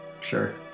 Sure